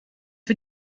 wir